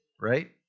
right